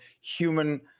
human